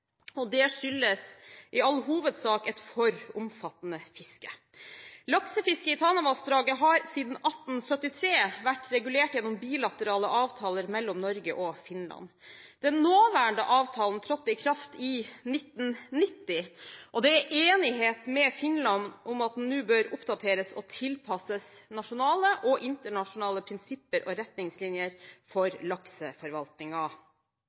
og det skyldes i all hovedsak et for omfattende fiske. Laksefisket i Tanavassdraget har siden 1873 vært regulert gjennom bilaterale avtaler mellom Norge og Finland. Den nåværende avtalen trådte i kraft i 1990, og det er enighet med Finland om at den nå bør oppdateres og tilpasses nasjonale og internasjonale prinsipper og retningslinjer